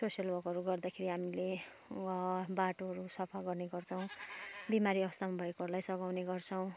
social वर्कहरू गर्दाखेरि हामीले बाटोहरू सफा गर्ने गर्छौँ बिमारी अवस्थामा भएकोहरूलाई सघाउने गर्छौँ